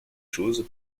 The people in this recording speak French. choses